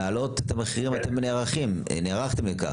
לגבי העלאת המחירים נערכתם לכך.